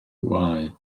bwâu